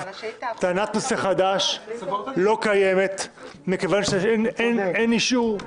טענת נושא חדש לא קיימת מכיוון שאין אישור.